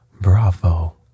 Bravo